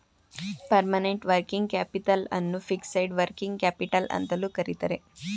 permanent working capital ಅನ್ನು fixed working capital ಅಂತಲೂ ಕರಿತರೆ